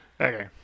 Okay